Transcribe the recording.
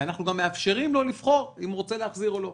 ואנחנו גם מאפשרים לו לבחור אם הוא רוצה להחזיר או לא,